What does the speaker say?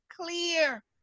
Clear